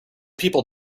people